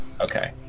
okay